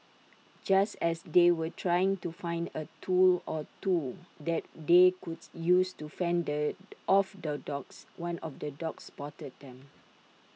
just as they were trying to find A tool or two that they could use to fend the off the dogs one of the dogs spotted them